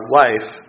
life